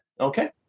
Okay